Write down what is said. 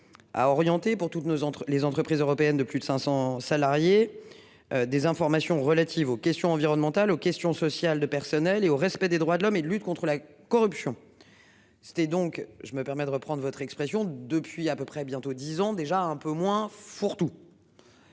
À orienter pour toutes nos entre les entreprises européennes de plus de 500 salariés. Des informations relatives aux questions environnementales aux questions sociales de personnel et au respect des droits de l'homme et de lutte contre la corruption. C'était donc je me permets de reprendre votre expression depuis à peu près, bientôt 10 ans, déjà un peu moins fourre-tout.